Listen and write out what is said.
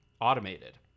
automated